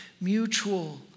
mutual